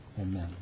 amen